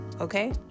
Okay